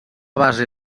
base